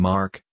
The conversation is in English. Mark